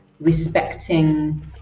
respecting